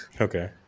Okay